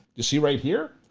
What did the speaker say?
you see right here,